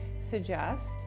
suggest